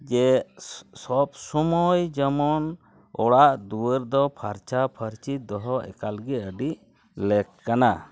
ᱡᱮ ᱥᱚ ᱥᱚᱵ ᱥᱚᱢᱚᱭ ᱡᱮᱢᱚᱱ ᱚᱲᱟᱜ ᱫᱩᱣᱟᱹᱨ ᱫᱚ ᱯᱷᱟᱨᱪᱟᱯᱷᱟᱨᱪᱤ ᱫᱚᱦᱚ ᱮᱠᱟᱞᱜᱮ ᱟᱹᱰᱤ ᱞᱮᱠ ᱠᱟᱱᱟ